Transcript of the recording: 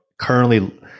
currently